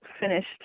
finished